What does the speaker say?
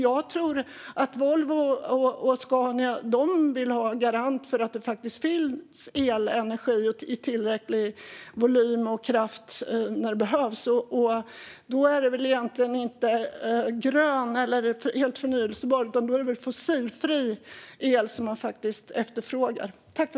Jag tror att Volvo och Scania vill ha garantier för att det faktiskt finns elenergi i tillräcklig mängd när det behövs. Då är det väl egentligen inte grön eller helt förnybar el utan fossilfri el som man efterfrågar.